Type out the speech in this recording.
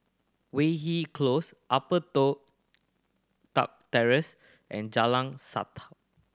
Weyhill Close Upper Toh Tuck Terrace and Jalan